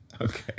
okay